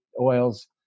oils